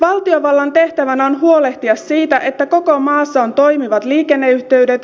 valtiovallan tehtävänä on huolehtia siitä että koko maassa on toimivat liikenneyhteydet